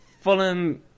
Fulham